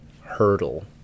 hurdle